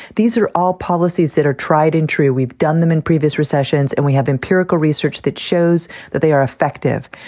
these are all policies that are tried and true. we've done them in previous recessions and we have empirical research that shows that they are effective.